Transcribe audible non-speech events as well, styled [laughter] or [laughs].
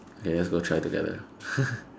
okay let's go try together [laughs]